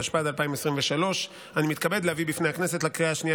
התשפ"ד 2023. אני מתכבד להביא בפני הכנסת לקריאה השנייה